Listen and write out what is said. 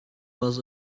was